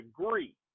agree